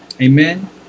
amen